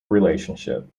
relationship